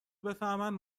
بفهمن